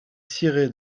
ciré